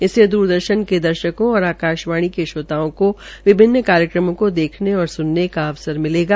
इससे द्रदर्शन के दर्शकों और आकाशवाणी के श्रोताओं को विभिन्न कार्यक्रमों को देखने और सुनने का अवसर मिलेगा